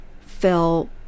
fell